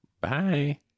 Bye